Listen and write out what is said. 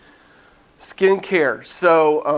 skin care. so